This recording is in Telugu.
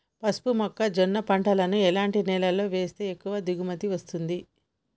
పసుపు మొక్క జొన్న పంటలను ఎలాంటి నేలలో వేస్తే ఎక్కువ దిగుమతి వస్తుంది?